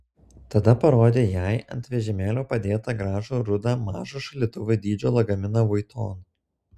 tada parodė jai ant vežimėlio padėtą gražų rudą mažo šaldytuvo dydžio lagaminą vuitton